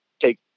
take